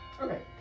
Okay